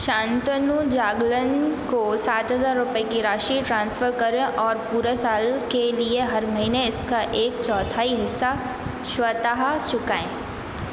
शांतनु जागलन को सात हज़ार रुपये की राशि ट्रांसफर करें और पूरे साल के लिए हर महीने इसका एक चौथाई हिस्सा स्वतः चुकाएं